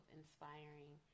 inspiring